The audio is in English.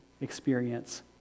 experience